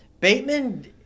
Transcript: Bateman